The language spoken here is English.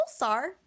pulsar